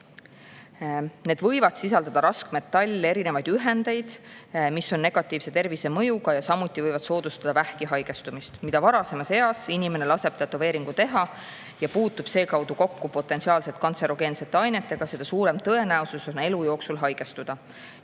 Need võivad sisaldada raskmetalle, erinevaid ühendeid, mis on negatiivse tervisemõjuga ja samuti võivad soodustada vähki haigestumist. Mida varasemas eas inimene laseb tätoveeringu teha, puutudes seekaudu kokku potentsiaalselt kantserogeensete ainetega, seda suurem tõenäosus on elu jooksul haigestuda.